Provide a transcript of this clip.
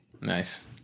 Nice